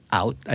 out